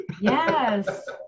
Yes